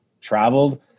traveled